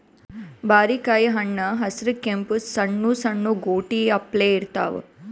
ಬಾರಿಕಾಯಿ ಹಣ್ಣ್ ಹಸ್ರ್ ಕೆಂಪ್ ಸಣ್ಣು ಸಣ್ಣು ಗೋಟಿ ಅಪ್ಲೆ ಇರ್ತವ್